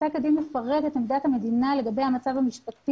פסק הדין מפרט את עמדת המדינה לגבי המצב המשפטי